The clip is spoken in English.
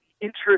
interest